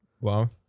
Wow